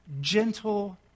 gentle